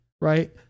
right